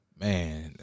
Man